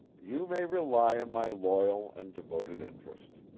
you may rely on my loyal and devoted interest.